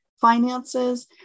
finances